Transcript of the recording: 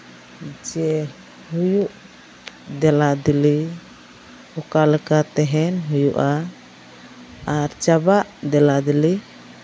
ᱡᱮ ᱦᱩᱭᱩᱜ ᱫᱮᱞᱟ ᱫᱮᱞᱤ ᱚᱠᱟ ᱞᱮᱠᱟ ᱛᱟᱦᱮᱱ ᱦᱩᱭᱩᱜᱼᱟ ᱟᱨ ᱪᱟᱵᱟᱜ ᱫᱮᱞᱟ ᱫᱮᱞᱤ